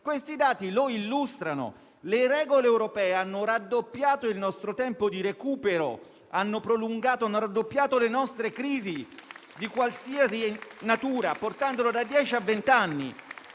Questi dati lo illustrano: le regole europee hanno raddoppiato il nostro tempo di recupero e prolungato le nostre crisi, di qualsiasi natura, portandole da dieci a vent'anni.